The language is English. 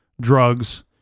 drugs